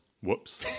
whoops